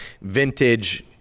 Vintage